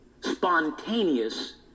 spontaneous